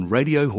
Radio